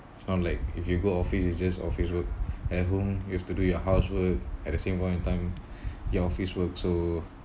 sound like if you go office it's just office work at home you have to do your housework at the same point in time your office work so